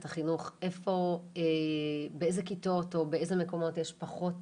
החינוך באיזה כיתות או באיזה מקומות יש פחות